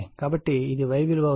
కాబట్టి ఇది Y విలువ అవుతుంది